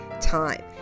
Time